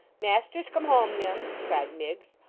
master's come home, mim cried miggs,